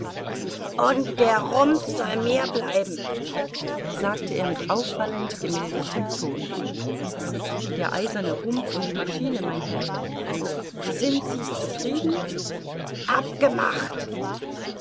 und der rumpf soll mir bleiben sagte er mit auffallend gemildertem ton der eiserne rumpf und die maschine mein herr sind sie's zufrieden abgemacht